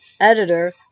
Editor